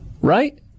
Right